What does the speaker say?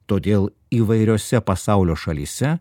todėl įvairiose pasaulio šalyse